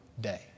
day